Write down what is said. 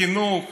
לחינוך למשהו,